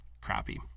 crappy